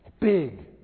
Big